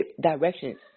directions